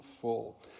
full